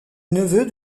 neveu